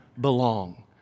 belong